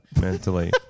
mentally